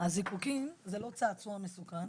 שהזיקוקין זה לא צעצוע מסוכן.